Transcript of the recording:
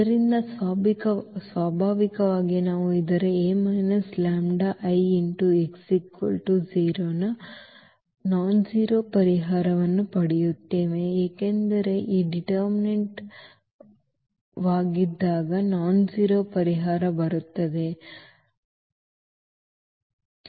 ಆದ್ದರಿಂದ ಸ್ವಾಭಾವಿಕವಾಗಿ ನಾವು ಇದರ A λI x 0 ನ ಕ್ಷುಲ್ಲಕ ಪರಿಹಾರವನ್ನು ಪಡೆಯುತ್ತೇವೆ ಏಕೆಂದರೆ ಈ ನಿರ್ಣಾಯಕವಾಗಿದ್ದಾಗ ಕ್ಷುಲ್ಲಕ ಪರಿಹಾರ ಬರುತ್ತದೆ 0